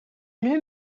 new